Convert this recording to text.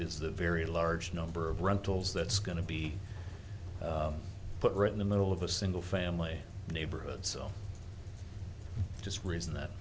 the very large number of rentals that's going to be put right in the middle of a single family neighborhood so just reason that